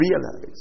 realize